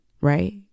Right